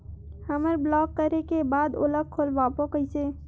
हमर ब्लॉक करे के बाद ओला खोलवाबो कइसे?